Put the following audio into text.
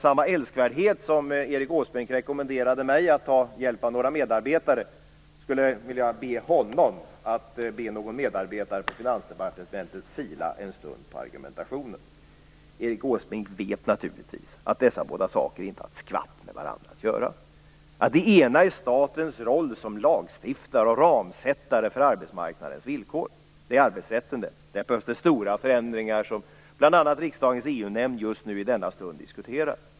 Han rekommenderade mig att ta hjälp av några medarbetare, och jag skall med samma älskvärdhet be honom om att be någon medarbetare på Finansdepartementet fila en stund på argumentationen. Erik Åsbrink vet naturligtvis att dessa båda saker inte har ett skvatt med varandra att göra. Det ena är statens roll som lagstiftare och ramsättare för arbetsmarknadens villkor. Det är arbetsrätten. Där behövs det stora förändringar som bl.a. riksdagens EU-nämnd just nu i denna stund diskuterar.